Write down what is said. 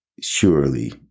surely